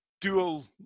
dual